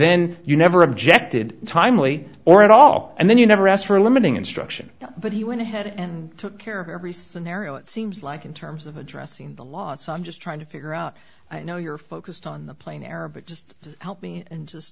then you never objected timely or at all and then you never asked for a limiting instruction but he went ahead and took care of every scenario it seems like in terms of addressing the law and so i'm just trying to figure out i know you're focused on the plane arabic just help me and just